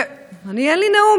אין לי נאום,